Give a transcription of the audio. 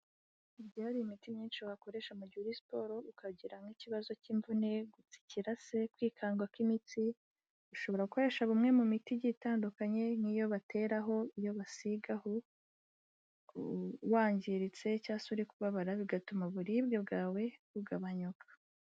Haba hari imiti myinshi wakoresha muri siporo ukagira nk'ikibazo cy'imvune, gutsikira cyangwa se kwikanga kw'imitsi. Ushobora gukoresha bumwe mu miti igiye itandukanye nk'iyo bateraho, iyo basigaho wangiritse cyangwa uri kubabara bigatuma uburibwe bwawe bugabanyuka.